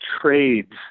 trades